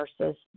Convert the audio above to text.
versus